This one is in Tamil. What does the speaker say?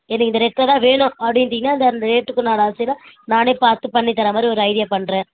எனக்கு இந்த ரேட்டில் தான் வேணும் அப்படின்டீங்கன்னா அந்த அந்த ரேட்டுக்கு உண்டான அரிசி என்ன நானே பார்த்து பண்ணித்தர மாதிரி ஒரு ஐடியா பண்ணுறேன்